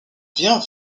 vient